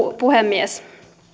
puhemies